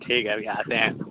ٹھیک ہے ابھی آتے ہیں